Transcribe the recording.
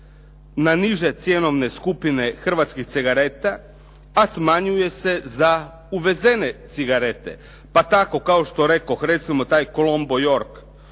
na niže cjenovne skupine hrvatskih cigareta a smanjuje se za uvezene cigarete. Pa tako kao što rekoh recimo taj Kolombo York